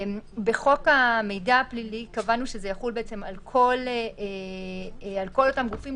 בחוק המידע הפלילי קבענו שזה יחול על כל אותם גופים,